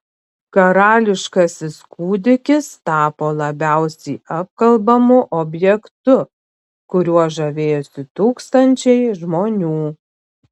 karališkasis kūdikis tapo labiausiai apkalbamu objektu kuriuo žavėjosi tūkstančiai žmonių